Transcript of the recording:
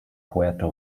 puerto